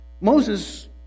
Moses